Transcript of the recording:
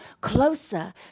closer